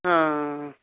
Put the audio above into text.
ਹਾਂ